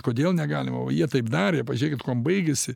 kodėl negalima o jie taip darė pažiūrėkit kuom baigėsi